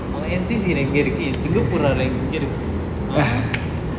our N_C_C எங்க இருக்கு என்:engge irukke en singapore எங்க இருக்கு:engge irukke ah